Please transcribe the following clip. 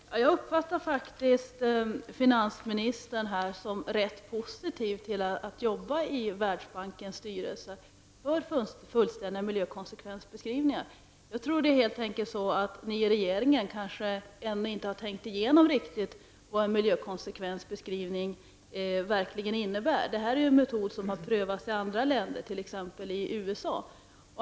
Fru talman! Jag uppfattar att finansministern är rätt positiv till att i Världsbankens styrelse arbeta för fullständiga miljökonsekvensbeskrivningar. Jag tror att det helt enkelt är så att regeringen inte riktigt har tänkt igenom vad en miljökonsekvensbeskrivning verkligen innebär. Detta är en metod som har prövats i andra länder, t.ex. i USA.